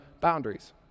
boundaries